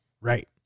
Right